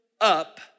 up